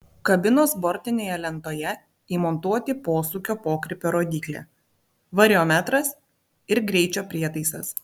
kabinos bortinėje lentoje įmontuoti posūkio pokrypio rodyklė variometras ir greičio prietaisas